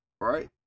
right